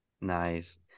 Nice